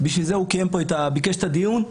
בשביל זה הוא ביקש את הדיון.